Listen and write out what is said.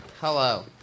Hello